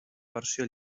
versió